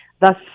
thus